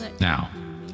Now